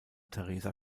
theresa